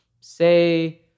say